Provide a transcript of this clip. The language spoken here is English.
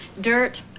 dirt